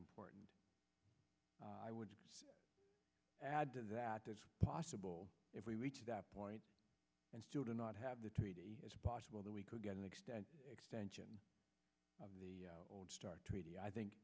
important i would add to that as possible if we reach that point and still do not have the treaty is possible that we could get an extent extension of the start treaty i think